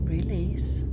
release